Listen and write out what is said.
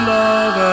love